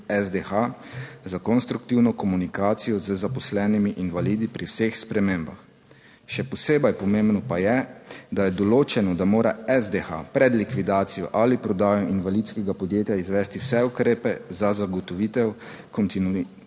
SDH za konstruktivno komunikacijo z zaposlenimi invalidi pri vseh spremembah. Še posebej pomembno pa je, da je določeno, da mora SDH pred likvidacijo ali prodajo invalidskega podjetja izvesti vse ukrepe za zagotovitev kontinuitete